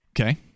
Okay